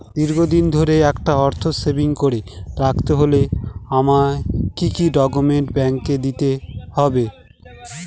দীর্ঘদিন ধরে একটা অর্থ সেভিংস করে রাখতে হলে আমায় কি কি ডক্যুমেন্ট ব্যাংকে দিতে হবে?